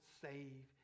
save